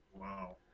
Wow